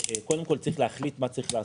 קודם כול צריך להחליט מה צריך לעשות.